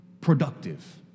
Productive